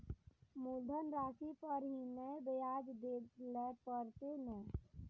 मुलधन राशि पर ही नै ब्याज दै लै परतें ने?